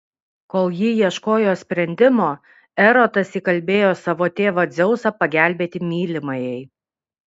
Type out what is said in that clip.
kol ji ieškojo sprendimo erotas įkalbėjo savo tėvą dzeusą pagelbėti mylimajai